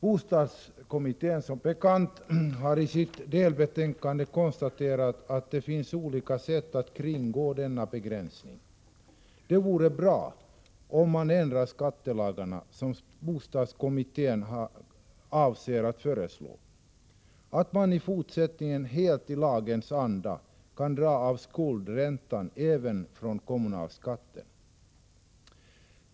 Bostadskommittén har i sitt delbetänkande konstaterat att det finns olika sätt att kringgå denna begränsning. Det vore bra om skattelagarna ändrades så som bostadskommittén avser att föreslå, så att man i fortsättningen helt i lagens anda kan dra av skuldränta även från kommunalskatten.